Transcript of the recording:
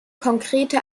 konkrete